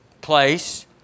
place